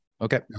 Okay